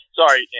sorry